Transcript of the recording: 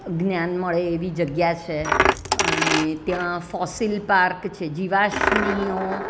જ્ઞાન મળે એવી જગ્યા છે અને ત્યાં ફોસિલ પાર્ક છે જીવાશ્મીઓ